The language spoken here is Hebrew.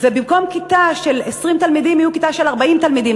ובמקום כיתה של 20 תלמידים תהיה כיתה של 40 תלמידים.